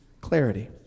clarity